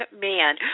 man